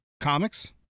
comics